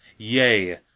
yea,